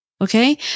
Okay